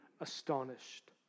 astonished